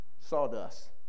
sawdust